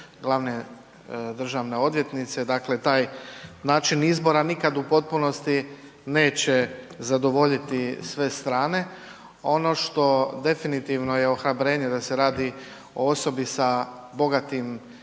glavne državne odvjetnice, dakle taj način izbora nikad u potpunosti neće zadovoljiti sve strane. Ono što definitivno je ohrabrenje da se radi o osobi sa bogatim